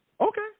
Okay